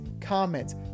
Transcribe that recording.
comments